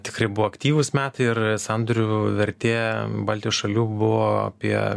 tikrai buvo aktyvūs metai ir sandorių vertė baltijos šalių buvo apie